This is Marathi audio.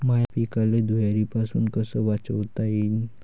माह्या पिकाले धुयारीपासुन कस वाचवता येईन?